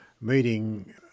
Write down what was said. meeting